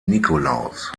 nikolaus